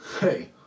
hey